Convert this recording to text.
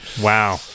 Wow